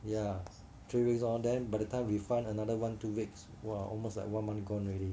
ya three weeks lor then by the time refund another one two weeks !wah! almost like one month gone already